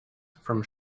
from